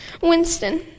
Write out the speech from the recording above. Winston